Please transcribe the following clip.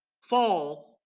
fall